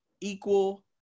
equal